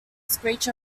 screech